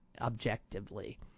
objectively